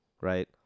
right